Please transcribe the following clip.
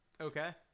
Okay